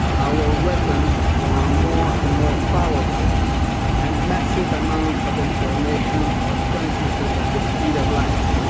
our weapons are more and more powerful and massive amounts of information are transmitted at the speed of light.